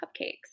cupcakes